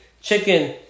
chicken